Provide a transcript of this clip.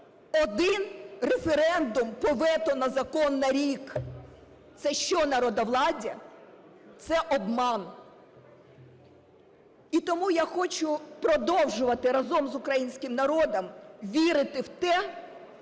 Один референдум по вето на закон на рік. Це, що народовладдя? Це обман. І тому я хочу продовжувати разом з українським народом вірити в те,